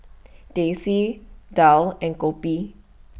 Teh C Daal and Kopi